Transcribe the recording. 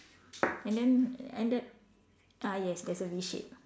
and then and that ah yes there's a V shape